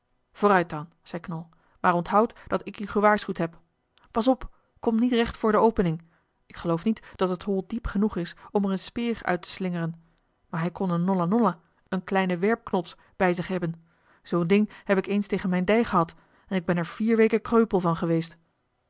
vooruit dan zei knol maar onthoud dat ik u gewaarschuwd heb pas op kom niet recht voor de opening ik geloof niet dat het hol diep genoeg is om er eene speer uit te slingeren maar hij kon een nolla nolla eene kleine werpknots bij zich hebben zoo'n ding heb ik eens tegen mijne dij gehad en ik ben er vier weken kreupel van geweest